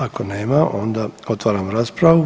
Ako nema onda otvaram raspravu.